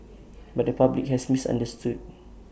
but the public has misunderstood